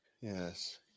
Yes